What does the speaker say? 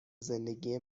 زندگی